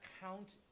count